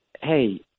hey